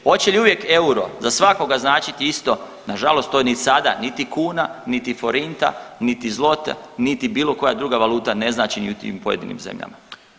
Hoće li uvijek euro za svakoga značiti isto, nažalost to ni sada niti kuna, niti forinta, niti zlot, niti bilo koja druga valuta ne znači ni u tim pojedinim zemljama.